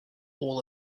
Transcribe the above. all